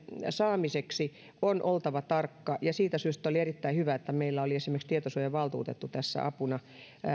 saamiseksi on oltava tarkka ja siitä syystä oli erittäin hyvä että meillä oli esimerkiksi tietosuojavaltuutettu tässä apuna